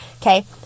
okay